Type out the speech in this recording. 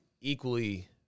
equally